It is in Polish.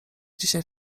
dzisiaj